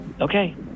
Okay